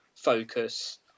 focus